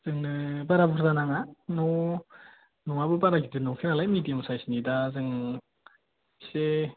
जोंनो बारा बुरजा नाङा न' न'आबो बारा गिदिर नंखाया नालाय मिडियाम साइजनि दा जों एसे